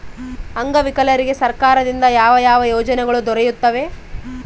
ಅಂಗವಿಕಲರಿಗೆ ಸರ್ಕಾರದಿಂದ ಯಾವ ಯಾವ ಯೋಜನೆಗಳು ದೊರೆಯುತ್ತವೆ?